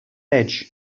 edge